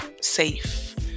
safe